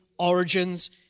origins